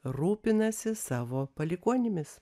rūpinasi savo palikuonimis